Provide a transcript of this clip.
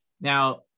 Now